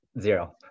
zero